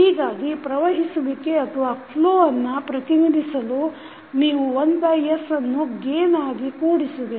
ಹೀಗಾಗಿ ಪ್ರವಹಿಸುವಿಕೆಯನ್ನು ಪ್ರತಿನಿಧಿಸಲು ನೀವು 1s ಅನ್ನು ಗೇನ್ ಆಗಿ ಕೂಡಿಸುವಿರಿ